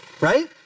Right